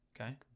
Okay